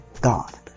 God